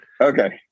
Okay